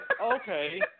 okay